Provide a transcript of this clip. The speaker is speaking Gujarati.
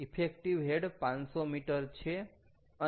ઈફેક્ટિવ હેડ 500 m છે